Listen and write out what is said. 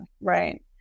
right